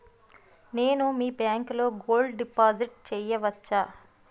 నేను మీ బ్యాంకులో గోల్డ్ డిపాజిట్ చేయవచ్చా?